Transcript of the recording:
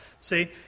See